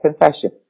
confession